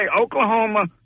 Oklahoma